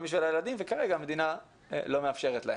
בשביל הילדים וכרגע המדינה לא מאפשרת להם.